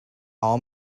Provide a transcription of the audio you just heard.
all